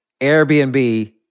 Airbnb